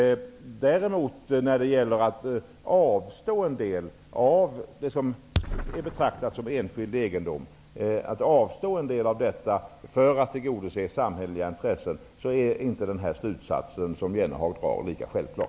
När det däremot gäller att avstå en del av det som är betraktat som enskild egendom för att tillgodose samhälleliga intressen är den slutsats som Jan Jennehag drar inte lika självklar.